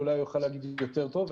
אולי הוא יוכל להגיד יותר טוב.